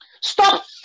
stop